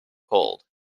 cold